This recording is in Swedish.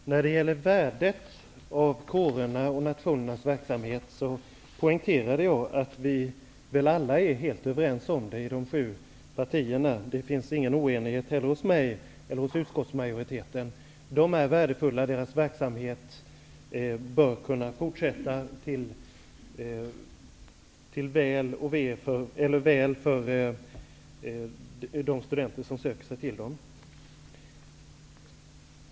Herr talman! När det gäller värdet av kårernas och nationernas verksamhet poängterade jag att vi i alla de sju riksdagspartierna är helt överens. Jag har inte någon uppfattning som avviker från utskottsmajoritetens. De är värdefulla, och deras verksamhet bör kunna fortsätta till väl för de studenter som söker sig till dem.